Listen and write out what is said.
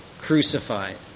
crucified